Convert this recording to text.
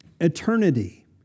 eternity